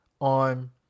on